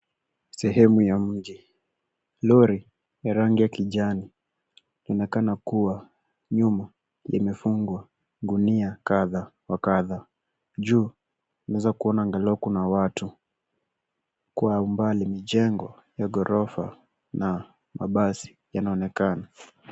Sehemu ya mji, lori ya rangi ya kijani inaonekana kua nyuma imefungwa gunia kadha wa kadha, juu unaweza kuina angalau kuna watu kwa umbali ni jengo ya ghorofa na mabasi yanaonekana.